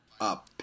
up